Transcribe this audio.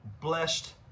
blessed